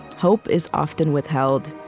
hope is often withheld.